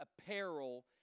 apparel